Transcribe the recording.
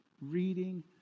reading